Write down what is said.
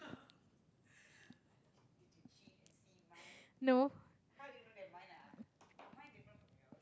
no